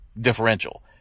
differential